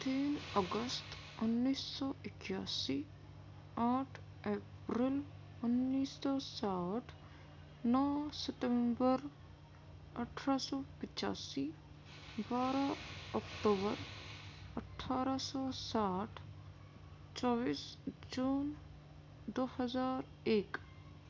تین اگست انّیس سو اکیاسی آٹھ اپریل انّیس سو ساٹھ نو ستمبر اٹھارہ سو پچاسی بارہ اکتوبر اٹھارہ سو ساٹھ چوبیس جون دو ہزار ایک